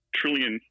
trillion